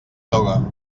toga